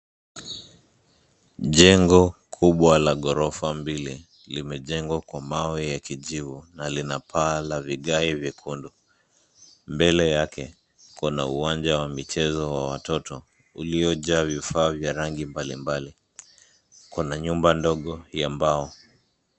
Jengo kubwa la ghorofa mbili, limejengwa kwa mawe ya kijivu na linapaa la vigae vyekundu. Mbele yake, kuna uwanja wa michezo wa watoto uliojaa vifaa vya rangi mbalimbali. Kuna nyumba ndogo ya mbao.